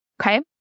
okay